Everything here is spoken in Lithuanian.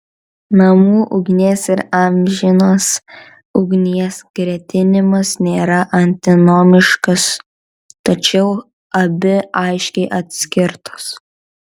namų ugnies ir amžinos ugnies gretinimas nėra antinomiškas tačiau abi aiškiai atskirtos